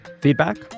feedback